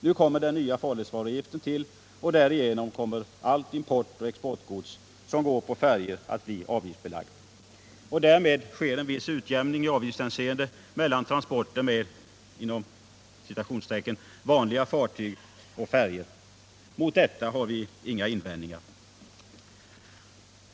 Nu kommer den nya farledsvaruavgiften till, och därigenom kommer allt importoch exportgods som går på färjor att bli avgiftsbelagt. Därmed sker en viss jämkning i avgiftshänseende mellan transporter med ”vanliga” fartyg och färjor. Mot detta har vi inga invändningar.